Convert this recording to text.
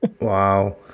Wow